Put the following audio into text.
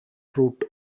fruit